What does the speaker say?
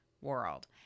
world